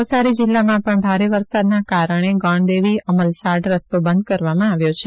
નવસારી જિલ્લામાં પણ ભારે વરસાદના કારણે ગણદેવી અમલસાડ રસ્તો બંધ કરવામાં આવ્યો છે